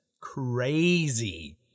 crazy